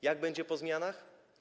Jak będzie po zmianach?